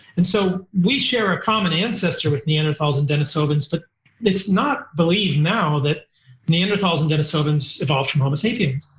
and so we share a common ancestor with neanderthals and denisovans, but it's not believed now that neanderthals and denisovans evolved from homo sapiens.